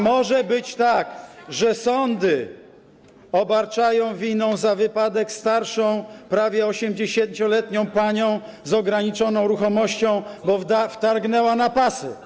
Nie może tak być, że sądy obarczają winą za wypadek starszą, prawie 80-letnią panią z ograniczoną ruchomością, bo wtargnęła na pasy.